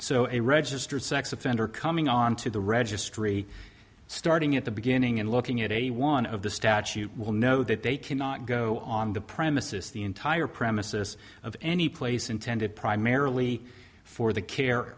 so a registered sex offender coming onto the registry starting at the beginning and looking at a one of the statute will know that they cannot go on the premises the entire premises of any place intended primarily for the care